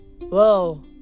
Whoa